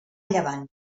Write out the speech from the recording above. llevant